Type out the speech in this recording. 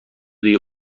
دیگه